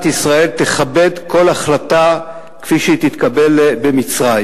ישראל תכבד כל החלטה כפי שהיא תתקבל במצרים.